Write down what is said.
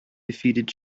defeated